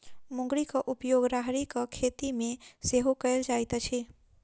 मुंगरीक उपयोग राहरिक खेती मे सेहो कयल जाइत अछि